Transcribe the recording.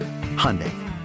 Hyundai